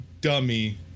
Dummy